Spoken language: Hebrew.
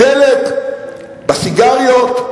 בדלק, בסיגריות,